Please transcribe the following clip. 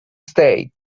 state